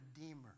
redeemer